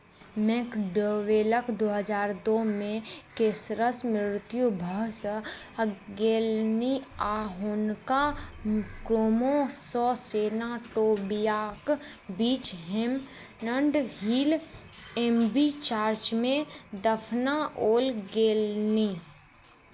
मैकडॉवेलक दू हजार दूमे कैंसरसँ मृत्यु भऽ गेलनि आ हुनका कोमोससेनाटोबिआक बीच हैमण्ड हिल एम बी चर्चमे दफनाओल गेलनि